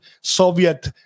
Soviet